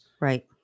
Right